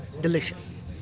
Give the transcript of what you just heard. delicious